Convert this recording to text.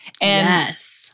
yes